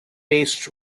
based